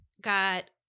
got-